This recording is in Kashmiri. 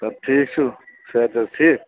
سر ٹھیٖک چھُو صحت چھُ حظ ٹھیٖک